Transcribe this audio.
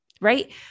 Right